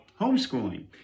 homeschooling